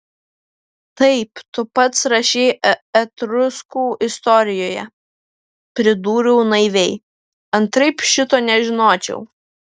taip tu pats rašei etruskų istorijoje pridūriau naiviai antraip šito nežinočiau